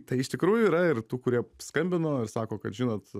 tai iš tikrųjų yra ir tų kurie skambino ir sako kad žinot